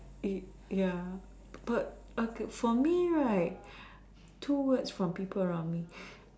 it ya but okay for me right two words from people around me